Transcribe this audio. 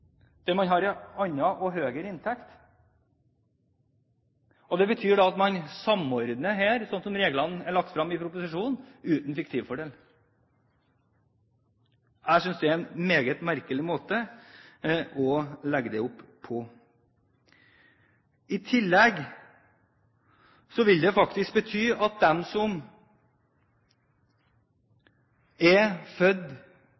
der man har en annen og høyere inntekt. Det betyr at man her samordner, slik reglene er lagt frem i proposisjonen, uten fiktivpoengfordelen. Jeg synes det er en meget merkelig måte å legge det opp på. I tillegg vil det bety at de som er født